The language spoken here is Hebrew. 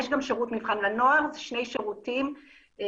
יש גם שירות מבחן לנוער, זה שני שירותים שונים.